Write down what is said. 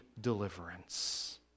deliverance